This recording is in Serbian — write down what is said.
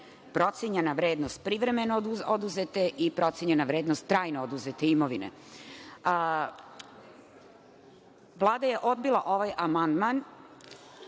procenjena vrednost privremeno oduzete i procenjena vrednost trajno oduzete imovine. Vlada je odbila ovaj amandman,